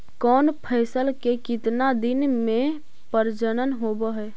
कौन फैसल के कितना दिन मे परजनन होब हय?